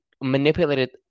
manipulated